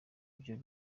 byo